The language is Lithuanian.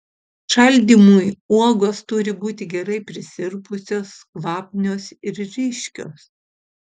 šaldymui uogos turi būti gerai prisirpusios kvapnios ir ryškios